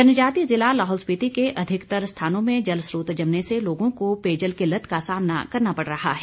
जनजातीय जिला लाहौल स्पीति के अधिकतर स्थानों में जलस्रोत जमने से लोगों को पेयजल किल्लत का सामना करना पड़ रहा है